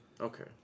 Okay